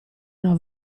una